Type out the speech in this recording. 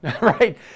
right